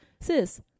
sis